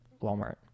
walmart